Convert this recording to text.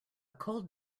cold